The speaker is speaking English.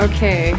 Okay